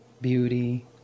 beauty